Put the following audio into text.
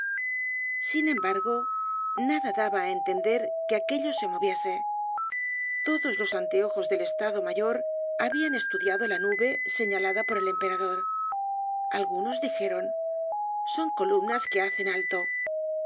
sin embargo nada daba á entender que aquello se moviese todos los anteojos del estado mayor habian estudiado la nube señalada por el emperador algunos dijeron son columnas que hacen alto